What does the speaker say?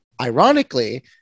Ironically